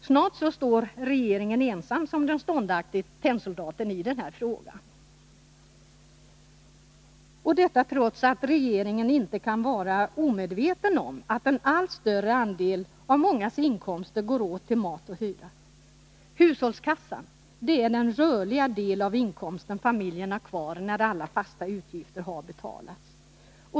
Snart står regeringen ensam som 'den ståndaktige tennsoldaten i denna fråga — detta trots att regeringen inte kan vara omedveten om att en allt större andel av mångas inkomster går åt till mat och hyra. Hushållskassan är den rörliga del av inkomsten familjen har kvar när alla fasta utgifter har betalats.